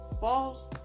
falls